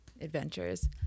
adventures